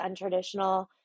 untraditional